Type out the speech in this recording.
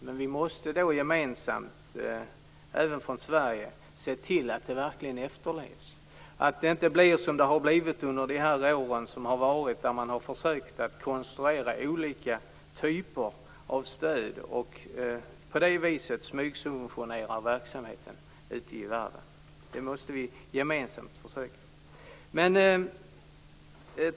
Men vi måste gemensamt även från Sverige se till att detta verkligen efterlevs så att inte blir som det varit under de här åren då man försökt konstruera olika typer av stöd och på det viset smygsubventionerat verksamheter. Där måste vi göra ett gemensamt försök.